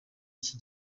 iki